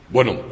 Bueno